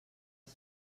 els